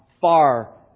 far